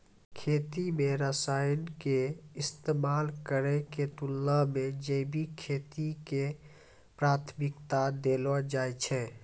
खेती मे रसायन के इस्तेमाल करै के तुलना मे जैविक खेती के प्राथमिकता देलो जाय छै